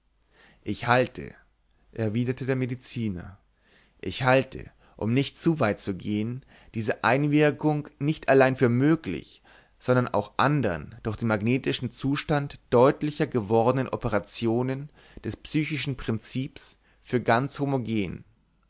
ich halte erwiderte der mediziner ich halte um nicht zu weit zu gehen diese einwirkung nicht allein für möglich sondern auch andern durch den magnetischen zustand deutlicher gewordenen operationen des psychischen prinzips für ganz homogen